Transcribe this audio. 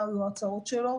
מה היו ההוצאות שלו,